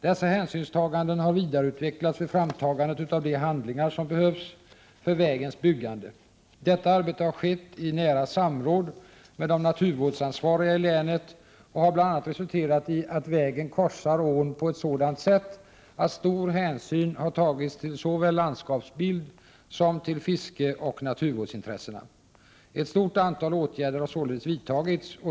Dessa hänsynstaganden har vidareutvecklats vid framtagandet av de handlingar som behövs för vägens byggande. Detta arbete har skett i nära samråd med de naturvårdsansvariga i länet och har bl.a. resulterat i att vägen korsar ån på ett sådant sätt att stor hänsyn tagits såväl till landskapsbild som till fiskeoch naturvårdsintressena. Ett stort antal åtgärder har således vidtagits.